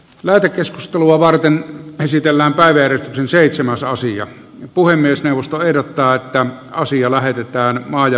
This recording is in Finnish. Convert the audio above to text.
lähetekeskustelua varten esitellään välieriin seitsemän soosia puhemiesneuvosto ehdottaa että asia lähetetään maa ja